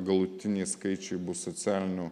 galutiniai skaičiai bus socialinių